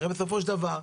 הרי בסופו של דבר,